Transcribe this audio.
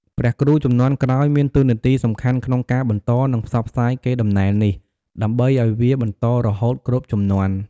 ព្រះគ្រូជំនាន់ក្រោយមានតួនាទីសំខាន់ក្នុងការបន្ត និងផ្សព្វផ្សាយកេរដំណែលនេះ ដើម្បីឲ្យវាបន្តរហូតគ្រប់ជំនាន់។